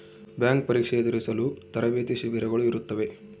bank ಪರೀಕ್ಷೆ ಎದುರಿಸಲು ತರಬೇತಿ ಶಿಬಿರಗಳು ಇರುತ್ತವೆ